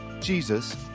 Jesus